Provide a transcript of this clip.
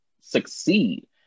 succeed